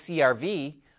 CR-V